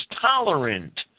tolerant